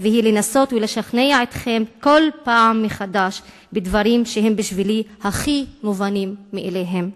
לנסות ולשכנע אתכם בכל פעם מחדש בדברים שהם בשבילי הכי מובנים מאליהם.